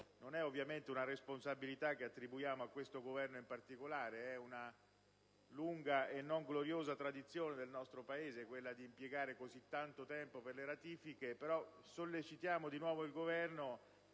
Non è ovviamente una responsabilità che attribuiamo a questo Governo in particolare, perché è una lunga e non gloriosa tradizione del nostro Paese quella di impiegare così tanto tempo per le ratifiche. Sollecitiamo in ogni caso